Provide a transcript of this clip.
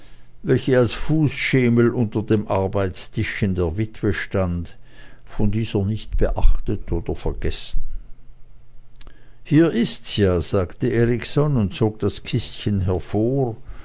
welche als fußschemel unter dem arbeitstischchen der witwe stand von dieser nicht beachtet oder vergessen hier ist's ja sagte erikson und zog das kistchen hervor